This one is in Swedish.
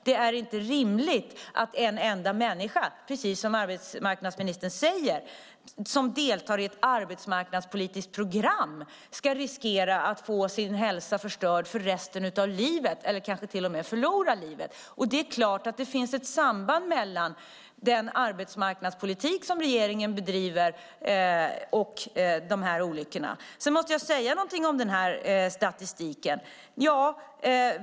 Det är inte rimligt, precis som arbetsmarknadsministern säger, att en enda människa som deltar i ett arbetsmarknadspolitiskt program ska riskera att få sin hälsa förstörd för resten av livet eller kanske till och med förlora livet. Det är klart att det finns ett samband mellan den arbetsmarknadspolitik som regeringen bedriver och de här olyckorna. Sedan måste jag säga någonting om den här statistiken.